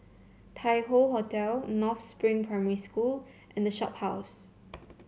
Tai Hoe Hotel North Spring Primary School and The Shophouse